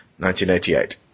1988